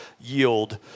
yield